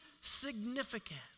significant